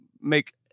make